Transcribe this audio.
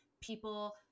people